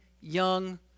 young